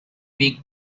weak